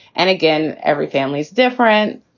and again, every family's different.